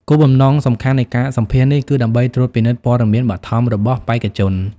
គោលបំណងសំខាន់នៃការសម្ភាសន៍នេះគឺដើម្បីត្រួតពិនិត្យព័ត៌មានបឋមរបស់បេក្ខជន។